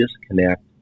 disconnect